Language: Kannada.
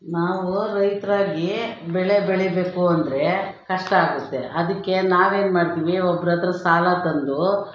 ನಾವು ರೈತರಾಗಿ ಬೆಳೆ ಬೆಳಿಬೇಕು ಅಂದರೆ ಕಷ್ಟ ಆಗುತ್ತೆ ಅದಕ್ಕೆ ನಾವೇನ್ಮಾಡ್ತೀವಿ ಒಬ್ರ ಹತ್ರ ಸಾಲ ತಂದು